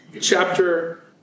chapter